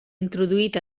introduït